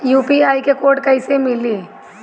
UPI code कैसे मिली?